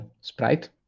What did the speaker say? sprite